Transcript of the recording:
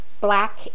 black